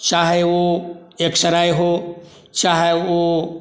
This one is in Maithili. चाहे ओ एक्स रे हो चाहे ओ